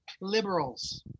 liberals